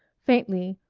faintly,